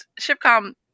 Shipcom